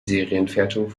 serienfertigung